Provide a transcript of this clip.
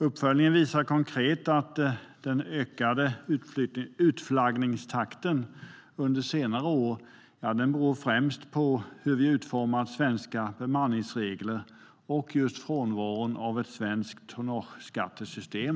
Uppföljningen visar konkret att den ökade utflaggningstakten under senare år främst beror på hur vi utformar svenska bemanningsregler och frånvaron av ett svenskt tonnageskattesystem.